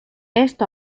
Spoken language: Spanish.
esto